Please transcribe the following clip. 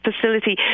facility